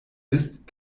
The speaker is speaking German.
ist